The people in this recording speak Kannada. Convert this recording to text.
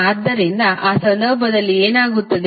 ಆದ್ದರಿಂದ ಆ ಸಂದರ್ಭದಲ್ಲಿ ಏನಾಗುತ್ತದೆ